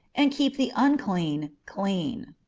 and keep the unclean clean.